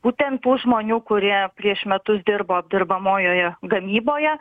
būtent tų žmonių kurie prieš metus dirbo apdirbamojoje gamyboje